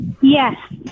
Yes